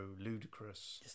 ludicrous